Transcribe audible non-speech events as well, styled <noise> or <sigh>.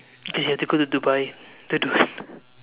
because you have to go to Dubai to <laughs> do it